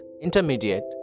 intermediate